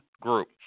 group